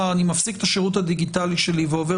לומר שהם מפסיקים את השירות הדיגיטלי שלהם ועובר